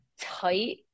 tight